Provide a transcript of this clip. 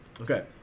Okay